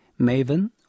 MAVEN